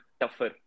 tougher